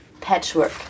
patchwork